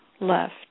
left